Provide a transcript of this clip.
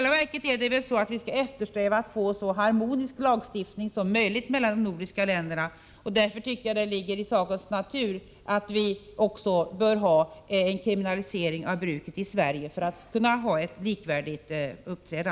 Vi bör eftersträva att så långt det är möjligt harmonisera lagstiftningen i de nordiska länderna. Därför tycker jag att det ligger i sakens natur att vi i Sverige bör kriminalisera bruket av narkotika.